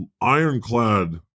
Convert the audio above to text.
ironclad